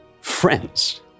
friends